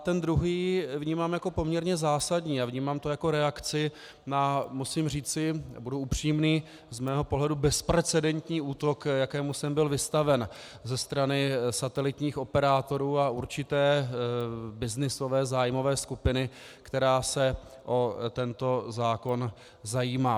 Ten druhý vnímám jako poměrně zásadní a vnímám to jako reakci na, musím říci, a budu upřímný, z mého pohledu bezprecedentní útok, jakému jsem byl vystaven ze strany satelitních operátorů a určité byznysové zájmové skupiny, která se o tento zákon zajímá.